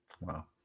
wow